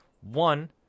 one